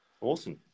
Awesome